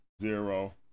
zero